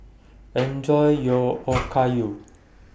Enjoy your Okayu